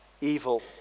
evil